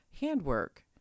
Handwork